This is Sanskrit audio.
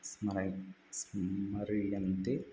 स्मरणि स्मर्यन्ते